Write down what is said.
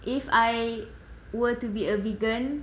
if I were to be a vegan